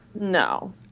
No